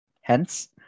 Hence